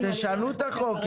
אז תשנו את החוק.